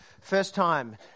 First-time